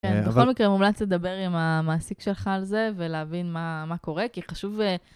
בכל מקרה מומלץ לדבר עם המעסיק שלך על זה ולהבין מה קורה, כי חשוב...